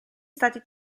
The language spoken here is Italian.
stati